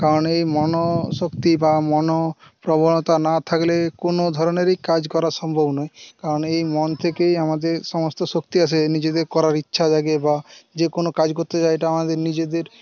কারণ এই মনোশক্তি বা মনোপ্রবণতা না থাকলে কোনো ধরনেরই কাজ করা সম্ভব নয় কারণ এই মন থেকেই আমাদের সমস্ত শক্তি আসে নিজেদের করার ইচ্ছা জাগে বা যে কোনো কাজ করতে যাই এটা আমাদের নিজেদের